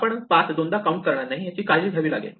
आपण पाथ दोनदा काऊंट करणार नाही याची काळजी घ्यावी लागेल